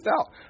out